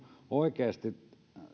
oikeasti